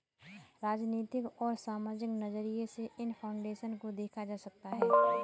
राजनीतिक और सामाजिक नज़रिये से इन फाउन्डेशन को देखा जा सकता है